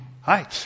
hi